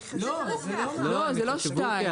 לא, זה לא שתיים.